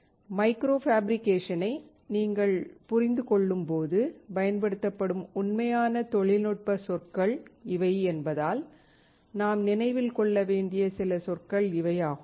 micro ஃபேப்ரிகேஷனை நீங்கள் புரிந்து கொள்ளும்போது பயன்படுத்தப்படும் உண்மையான தொழில்நுட்ப சொற்கள் இவை என்பதால் நாம் நினைவில் கொள்ள வேண்டிய சில சொற்கள் இவை ஆகும்